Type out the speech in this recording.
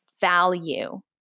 value